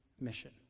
mission